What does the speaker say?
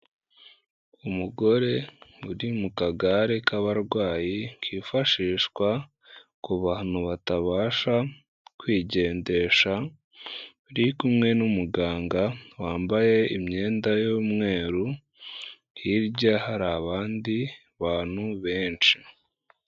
Umugore uri mu kagare k'abarwayi kifashishwa ku bantu batabasha kwigendesha, uri kumwe n'umuganga wambaye imyenda y'umweru, hirya hari abandi bantu benshi.